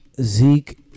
Zeke